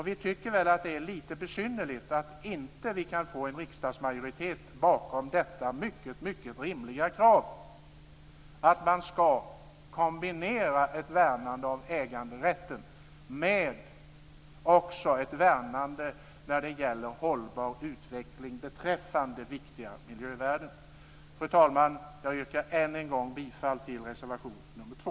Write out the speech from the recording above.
Vi tycker att det är lite besynnerligt att vi inte kan få en riksdagsmajoritet bakom detta mycket rimliga krav att man ska kombinera ett värnande av äganderätten med ett värnande av en hållbar utveckling och viktiga miljövärden. Fru talman! Jag yrkar än en gång bifall till reservation nr 2.